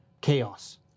chaos